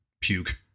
puke